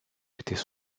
étaient